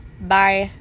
Bye